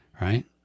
right